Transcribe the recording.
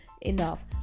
enough